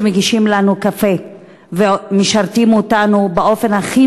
שמגישים לנו קפה ומשרתים אותנו באופן הכי